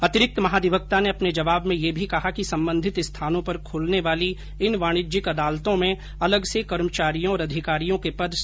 अतिरिक्त महाधिवक्ता ने अपने जवाब में यह भी कहा कि संबंधित स्थानों पर खूलने वाली इन वाणिज्यिक अदालतों में अलग से कर्मचारियों और अधिकारियों के पद सुजित कर दिए हैं